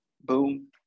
boom